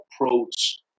approach